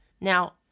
Now